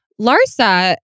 Larsa